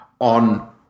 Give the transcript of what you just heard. on